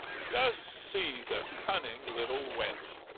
just see the cunning little wench.